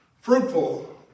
fruitful